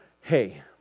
hey